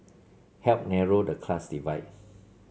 help narrow the class divide